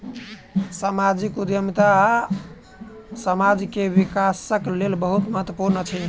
सामाजिक उद्यमिता समाज के विकासक लेल बहुत महत्वपूर्ण अछि